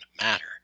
matter